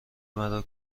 مرا